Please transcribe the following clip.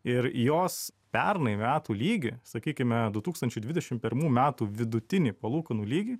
ir jos pernai metų lygį sakykime du tūkstančiai dvidešim pirmų metų vidutinį palūkanų lygį